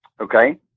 Okay